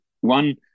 One